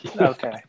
okay